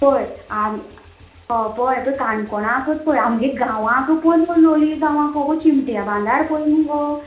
आं पळय आं अबय काणकोणाकूच आमगे गांवांकू पळय मगो लोलिए गांवा अगो चिमट्या बांदार पळय मगो